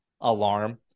alarm